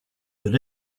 that